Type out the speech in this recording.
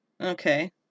Okay